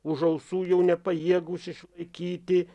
už ausų jau nepajėgūs išlaikyti